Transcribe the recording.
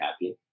happy